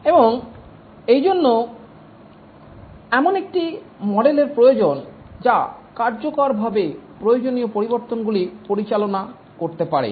এবং এইজন্য এমন একটি মডেলের প্রয়োজন যা কার্যকরভাবে প্রয়োজনীয় পরিবর্তনগুলি পরিচালনা করতে পারে